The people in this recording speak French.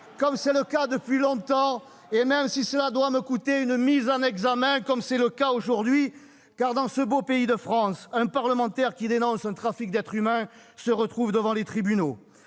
longtemps, et je persisterai, même si cela doit me coûter une mise en examen, comme c'est le cas aujourd'hui : car, dans ce beau pays de France, un parlementaire qui dénonce un trafic d'êtres humains se retrouve devant les tribunaux